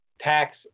tax